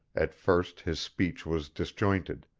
at first his speech was disjointed.